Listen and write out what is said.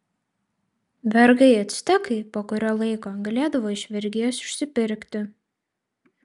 vergai actekai po kurio laiko galėdavo iš vergijos išsipirkti